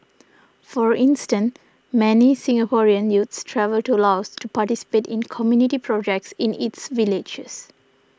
for instance many Singaporean youths travel to Laos to participate in community projects in its villages